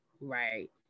Right